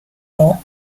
more